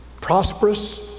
prosperous